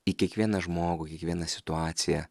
į kiekvieną žmogų kiekvieną situaciją